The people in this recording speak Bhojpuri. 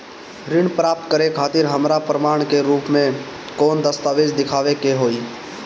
ऋण प्राप्त करे खातिर हमरा प्रमाण के रूप में कौन दस्तावेज़ दिखावे के होई?